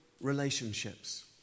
relationships